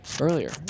Earlier